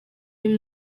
iri